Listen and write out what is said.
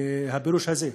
הפירוש הזה.